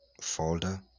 Folder